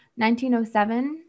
1907